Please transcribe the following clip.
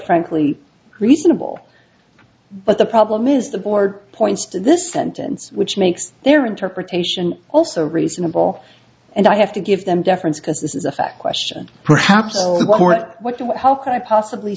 frankly reasonable but the problem is the board points to this sentence which makes their interpretation also reasonable and i have to give them deference because this is a fact question perhaps more what do how can i possibly